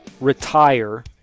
retire